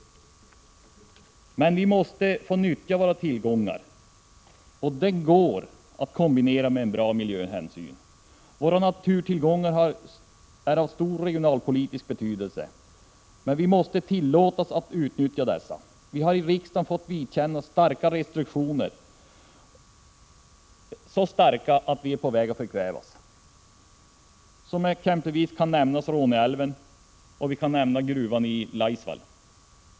Men vi måste få utnyttja våra tillgångar. Det går att kombinera med bra miljöhänsyn. Våra naturtillgångar är av stor regionalpolitisk betydelse. Men vi måste tillåtas att utnyttja dessa. Vi har i riksdagen fått vidkännas så starka restriktioner att vi förkvävs. Som exempel kan nämnas Råneå älv och gruvan i Laisvall.